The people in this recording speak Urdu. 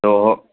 تو